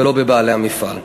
ולא בבעלי המפעל.